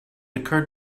occurred